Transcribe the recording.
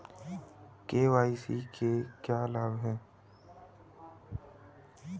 KYC से क्या लाभ होता है?